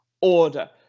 order